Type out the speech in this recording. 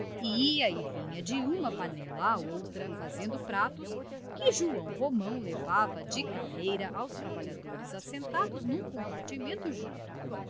ia e vinha de uma panela à outra fazendo pratos que joão romão levava de carreira aos trabalhadores assentados num compartimento junto